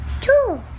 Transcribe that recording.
Two